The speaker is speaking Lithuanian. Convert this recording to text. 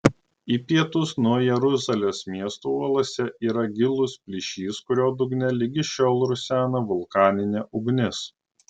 į pietus nuo jeruzalės miesto uolose yra gilus plyšys kurio dugne ligi šiol rusena vulkaninė ugnis